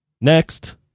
Next